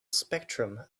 spectrum